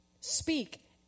speak